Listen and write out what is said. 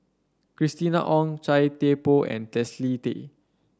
Christina Ong Chia Thye Poh and Leslie Tay